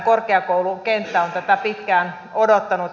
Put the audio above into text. korkeakoulukenttä on tätä pitkään odottanut